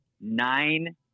nine